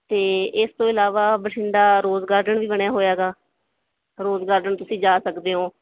ਅਤੇ ਇਸ ਤੋਂ ਇਲਾਵਾ ਬਠਿੰਡਾ ਰੋਜ਼ ਗਾਰਡਨ ਵੀ ਬਣਿਆ ਹੋਇਆ ਹੈਗਾ ਰੋਜ਼ ਗਾਰਡਨ ਤੁਸੀਂ ਜਾ ਸਕਦੇ ਹੋ